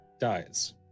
dies